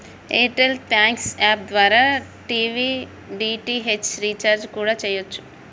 air tell thanks app ద్వారా TV DTH recharge కూడా చెయ్యచ్చు